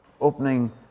opening